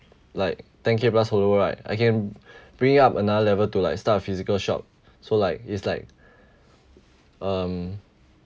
like ten K plus follower right I can bring it up another level to like start a physical shop so like it's like um